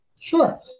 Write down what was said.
Sure